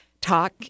talk